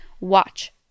watch